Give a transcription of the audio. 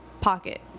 pocket